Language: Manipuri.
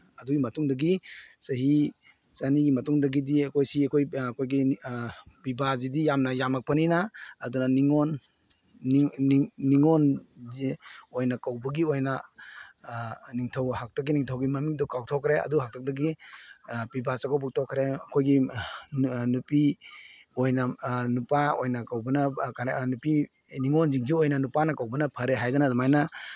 ꯑꯗꯨꯒꯤ ꯃꯇꯨꯡꯗꯒꯤ ꯆꯍꯤ ꯆꯅꯤꯒꯤ ꯃꯇꯨꯡꯗꯒꯤꯗꯤ ꯑꯩꯈꯣꯏ ꯁꯤ ꯑꯩꯈꯣꯏꯒꯤ ꯄꯤꯕꯥꯁꯤꯗꯤ ꯌꯥꯝꯅ ꯌꯥꯝꯃꯛꯄꯅꯤꯅ ꯑꯗꯨꯅ ꯅꯤꯡꯉꯣꯟ ꯅꯤꯡꯉꯣꯟꯁꯦ ꯑꯣꯏꯅ ꯀꯧꯕꯒꯤ ꯑꯣꯏꯅ ꯅꯤꯡꯊꯧ ꯍꯥꯛꯇꯛꯀꯤ ꯅꯤꯡꯊꯧꯒꯤ ꯃꯃꯤꯡꯗꯣ ꯀꯥꯎꯊꯣꯛꯈ꯭ꯔꯦ ꯑꯗꯨ ꯍꯥꯛꯇꯛꯇꯒꯤ ꯄꯤꯕꯥ ꯆꯥꯛꯀꯧꯕ ꯇꯣꯛꯈꯔꯦ ꯑꯩꯈꯣꯏꯒꯤ ꯅꯨꯄꯤ ꯑꯣꯏꯅ ꯅꯨꯄꯥ ꯑꯣꯏꯅ ꯀꯧꯕꯅ ꯅꯨꯄꯤ ꯅꯤꯡꯉꯣꯟꯁꯤꯡꯁꯤ ꯑꯣꯏꯅ ꯅꯨꯄꯥꯅ ꯀꯧꯕꯅ ꯐꯔꯦ ꯍꯥꯏꯗꯅ ꯑꯗꯨꯃꯥꯏꯅ